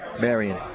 Marion